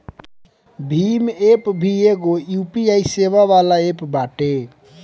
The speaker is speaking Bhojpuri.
भीम एप्प भी एगो यू.पी.आई सेवा वाला एप्प बाटे